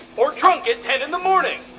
or drunk at ten in the morning!